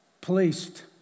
placed